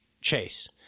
chase